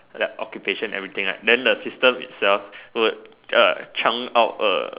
like occupation everything right then the system itself would uh chunk out A